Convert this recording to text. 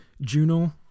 Juno